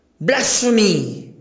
Blasphemy